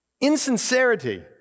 Insincerity